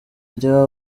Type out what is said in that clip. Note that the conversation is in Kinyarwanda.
rya